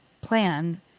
plan